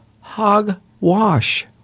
hogwash